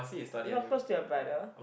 you not close to your brother